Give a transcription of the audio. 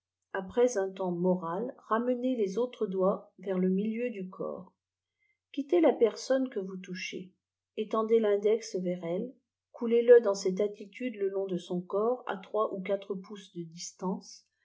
après un temps moral ramenez les autres doigts vers le milieu du corps quittez la personne que vous touchez étendez l'index vers elle coulez le dans cette attitude le long de son corps à trois ou quatre pouces de distance